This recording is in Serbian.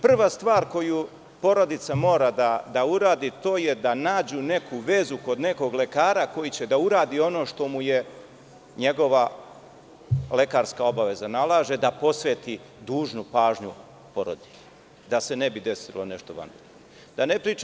Prva stvar koju porodica mora da uradi to je da nađu neku vezu, kod nekog lekara koji će da uradi ono što mu njegova lekarska obaveza nalaže, da posveti dužnu pažnju porodilji, da se ne bi desilo nešto vanredno.